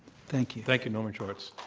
thank you. thank you, norton schwartz.